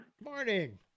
Morning